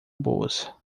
boas